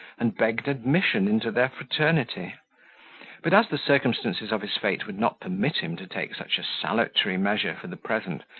and begged admission into their fraternity but, as the circumstances of his fate would not permit him to take such a salutary measure for the present,